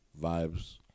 Vibes